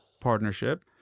partnership